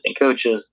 coaches